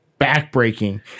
backbreaking